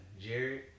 Jared